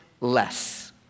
less